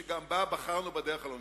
שגם בה בחרנו בדרך הלא-נכונה.